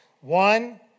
One